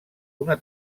una